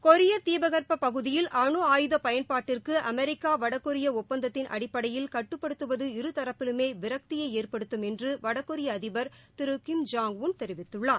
கொரிய தீபகற்ப பகுதியில் அனு ஆயுத பயன்பாட்டிற்கு அமெரிக்கா வடகொரிய ஒப்பந்தத்தின் அடிப்படையில் கட்டுப்படுத்துவது இருதரப்பிலுமே விரக்தியை ஏற்படுத்தும் என்று வடகொரிய அதிபர் திரு கிம் ஜாங் உன் தெரிவித்துள்ளார்